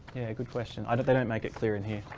yeah good question. i don't they don't make it clear in here.